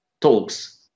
talks